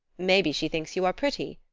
maybe she thinks you are pretty.